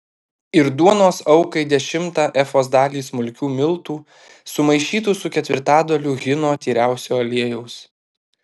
ir duonos aukai dešimtą efos dalį smulkių miltų sumaišytų su ketvirtadaliu hino tyriausio aliejaus